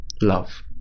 Love